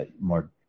more